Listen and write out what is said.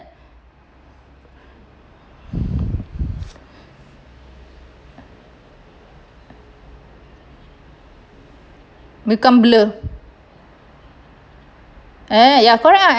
become blur uh ya correct lah